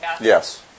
Yes